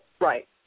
Right